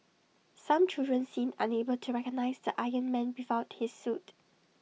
some children seemed unable to recognise the iron man without his suit